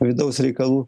vidaus reikalų